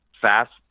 fast